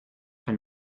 ein